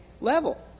level